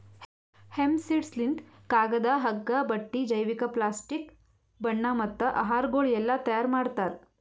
hemp seeds ಲಿಂತ್ ಕಾಗದ, ಹಗ್ಗ, ಬಟ್ಟಿ, ಜೈವಿಕ, ಪ್ಲಾಸ್ಟಿಕ್, ಬಣ್ಣ ಮತ್ತ ಆಹಾರಗೊಳ್ ಎಲ್ಲಾ ತೈಯಾರ್ ಮಾಡ್ತಾರ್